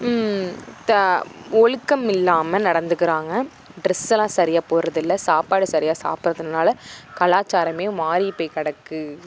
ஒழுக்கம் இல்லாமல் நடந்துக்கிறாங்க ட்ரெஸ் எல்லாம் சரியாக போடுறதில்ல சாப்பாடு சரியாக சாப்பிட்றதில்லனால கலாச்சாரம் மாறி போய் கிடக்கு